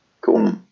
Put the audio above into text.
Cool